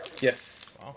Yes